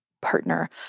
partner